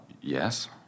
yes